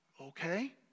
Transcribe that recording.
Okay